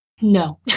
No